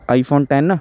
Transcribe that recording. I phone ten